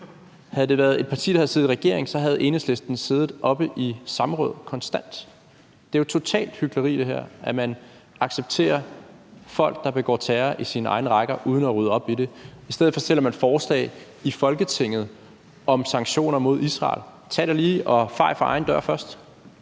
Havde det været et parti, der sad i regering, havde Enhedslisten konstant indkaldt til samråd. Det er jo totalt hyklerisk, at man accepterer at have folk, der begår terror, i sine egne rækker, uden at rydde op i det. I stedet for fremsætter man forslag i Folketinget om sanktioner mod Israel. Tag da lige og fej for egen dør først.